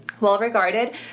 well-regarded